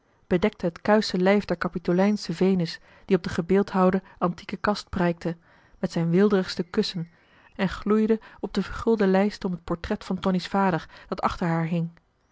bedekte het kuische lijf der capitolijnsche venus die op de gebeeldhouwde antike kast prijkte met zijn weelderigste kussen en gloeide op de vergulde lijst om het portret van tonie's vader dat achter haar hing